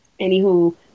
Anywho